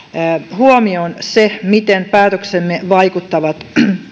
huomioon se miten päätöksemme vaikuttavat